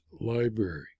library